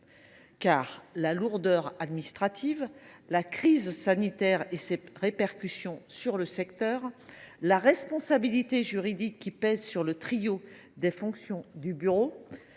les lourdeurs administratives, la crise sanitaire et ses répercussions sur le secteur, la responsabilité juridique qui pèse sur le trio des fonctions du bureau